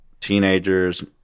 teenagers